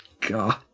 God